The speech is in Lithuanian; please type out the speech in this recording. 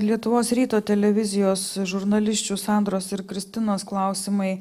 lietuvos ryto televizijos žurnalisčių sandros ir kristinos klausimai